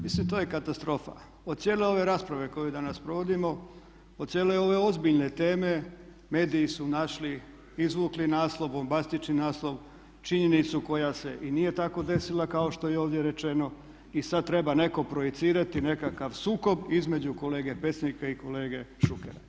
Mislim to je katastrofa, od cijele ove rasprave koju danas provodimo, od cijele ove ozbiljne teme mediji su našli, izvukli naslov, bombastični naslov činjenicu koja se i nije tako desila kao što je i ovdje rečeno i sada treba netko projicirati nekakav sukob između kolege Pecnika i kolege Šukera.